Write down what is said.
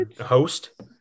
Host